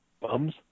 bums